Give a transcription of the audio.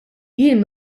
jiena